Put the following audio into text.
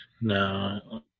No